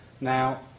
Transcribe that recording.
Now